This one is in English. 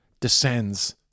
descends